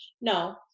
No